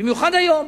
במיוחד היום,